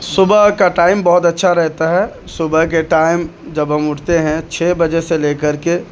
صبح کا ٹائم بہت اچھا رہتا ہے صبح کے ٹائم جب ہم اٹھتے ہیں چھ بجے سے لے کر کے